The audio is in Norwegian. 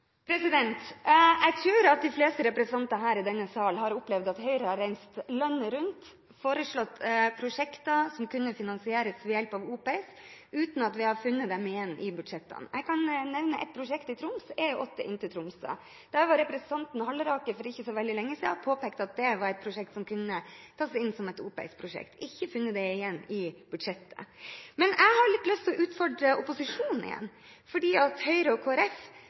Jeg tror at de fleste representanter her i denne sal har opplevd at Høyre har reist landet rundt og foreslått prosjekter som kunne finansieres ved hjelp av OPS, uten at vi har funnet dem igjen i budsjettforslagene. Jeg kan nevne et prosjekt i Troms, E8 inn til Tromsø. Representanten Halleraker påpekte for ikke så lenge siden at det var et prosjekt som kunne tas inn som et OPS-prosjekt, men jeg har ikke funnet det igjen i budsjettforslaget. Men jeg har litt lyst til å utfordre opposisjonen igjen, for Høyre og